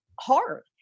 hard